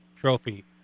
Trophy